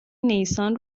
نیسان